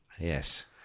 Yes